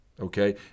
okay